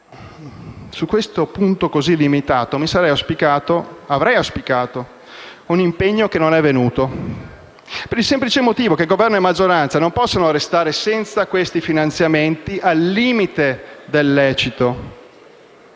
su questo punto così limitato avrei auspicato un impegno che non è venuto, per il semplice motivo che il Governo e la maggioranza non possono restare senza questi finanziamenti al limite del lecito.